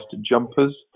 jumpers